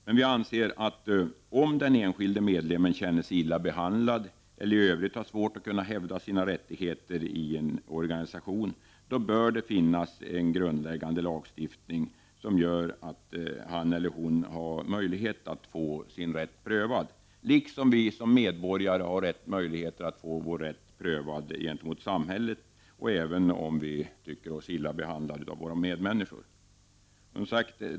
Men vi anser att om den enskilde medlemmen känner sig illa behandlad eller i övrigt har svårt att hävda sina rättigheter i en organisation, bör det finnas en grundläggande lagstiftning som gör att han eller hon har möjlighet att få sin rätt prövad, liksom vi som medborgare har möjlighet att få vår rätt prövad gentemot samhället eller om vi tycker oss illa behandlade av våra medmänniskor.